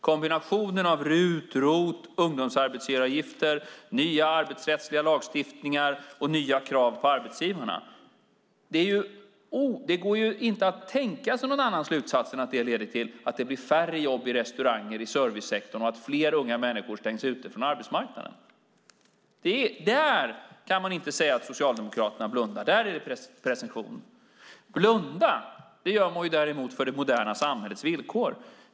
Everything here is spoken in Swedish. Kombinationen av RUT, ROT, ungdomsarbetsgivaravgifter, nya arbetsrättsliga lagstiftningar och nya krav på arbetsgivarna - det går ju inte att tänka sig någon annan slutsats än att det leder till att det blir färre jobb i restauranger i servicesektorn och att fler unga människor stängs ute från arbetsmarknaden. Där kan man inte säga att Socialdemokraterna blundar; där är det precision. Blundar gör man däremot för det moderna samhällets villkor.